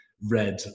red